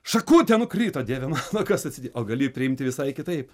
šakutė nukrito dieve mano kas atsiti o gali priimti visai kitaip